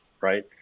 right